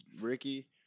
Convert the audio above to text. Ricky